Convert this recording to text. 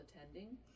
attending